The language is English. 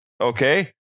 okay